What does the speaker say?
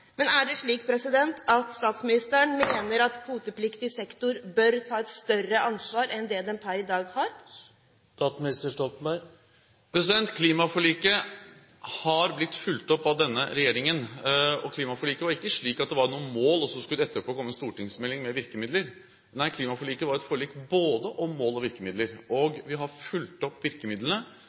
Er det slik at statsministeren mener at kvotepliktig sektor bør ta et større ansvar enn det den per i dag har? Klimaforliket har blitt fulgt opp av denne regjeringen, og klimaforliket var ikke slik at det var noen mål, og så skulle det etterpå komme stortingsmelding med virkemidler. Nei, klimaforliket var et forlik om både mål og virkemidler. Vi har fulgt opp virkemidlene,